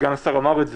וסגן השר אמר את זה,